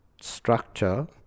structure